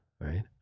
right